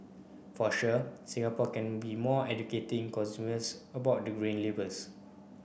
for sure Singapore can be more educating consumers about the Green Labels